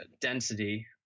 density